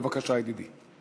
בבקשה, ידידי.